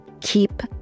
Keep